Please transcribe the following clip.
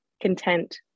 content